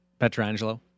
Petrangelo